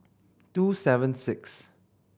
two seven six